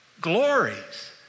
glories